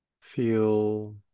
Feel